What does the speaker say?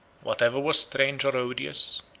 whatever was strange or odious,